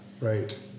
right